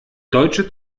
deutsche